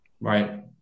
Right